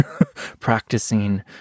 Practicing